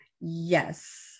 Yes